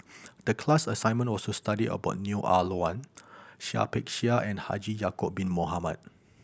the class assignment was to study about Neo Ah Luan Seah Peck Seah and Haji Ya'acob Bin Mohamed